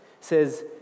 says